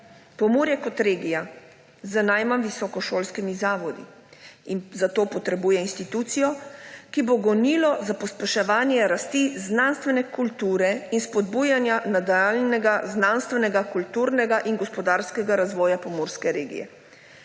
Pomurje kot regija z najmanj visokošolskimi zavodi zato potrebuje institucijo, ki bo gonilo za pospeševanje rasti znanstvene kulture in spodbujanja nadaljnjega znanstvenega, kulturnega in gospodarskega razvoja pomurske regije.